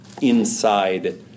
inside